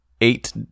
eight